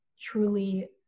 truly